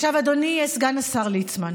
עכשיו, אדוני סגן השר ליצמן,